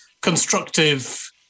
constructive